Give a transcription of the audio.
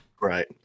right